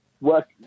work